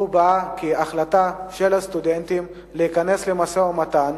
הוא בא כהחלטה של הסטודנטים להיכנס למשא-ומתן